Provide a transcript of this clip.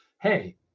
hey